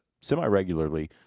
semi-regularly